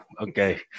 okay